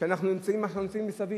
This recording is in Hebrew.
שאנחנו נמצאים מסביב,